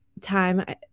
time